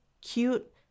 cute